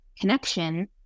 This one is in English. connection